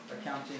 accounting